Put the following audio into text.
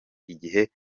igihe